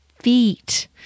feet